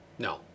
No